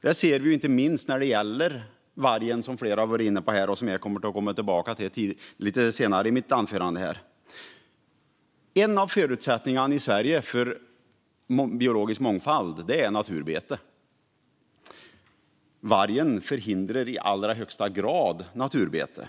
Det ser man inte minst när det gäller vargen, som flera har varit inne på här och som jag kommer att komma tillbaka till lite senare i mitt anförande. En av förutsättningarna för biologisk mångfald i Sverige är naturbete. Vargen förhindrar i allra högsta grad naturbete.